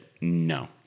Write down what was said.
no